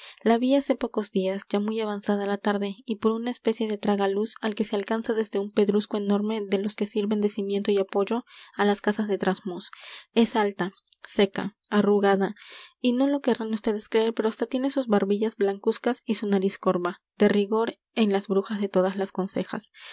la vi hace pocos días ya muy avanzada la tarde y por una especie de tragaluz al que se alcanza desde un pedrusco enorme de los que sirven de cimiento y apoyo á las casas de trasmoz es alta seca arrugada y no lo querrán ustedes creer pero hasta tiene sus barbillas blancuzcas y su nariz corva de rigor en las brujas de todas las consejas